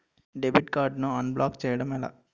Debit card ను unblock block చేయటం ఎలా?